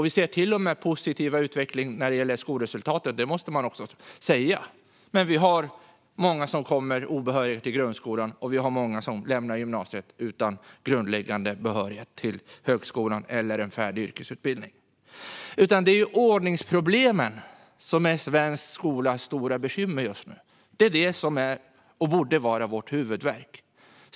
Vi ser till och med en positiv utveckling när det gäller skolresultat. Det måste man också säga. Men det är många obehöriga som lämnar grundskolan, och det är många som lämnar gymnasiet utan grundläggande behörighet till högskolan eller en färdig yrkesutbildning. Det är ordningsproblemen som är svensk skolas stora bekymmer just nu. Det är och borde vara vår huvudvärk.